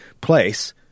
place